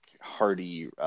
hardy